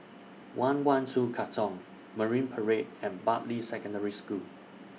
one one two Katong Marine Parade and Bartley Secondary School